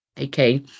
Okay